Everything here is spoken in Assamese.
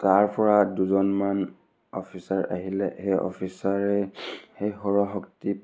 তাৰ পৰা দুজনমান অফিচাৰ আহিলে সেই অফিচাৰে সেই সৌৰশক্তি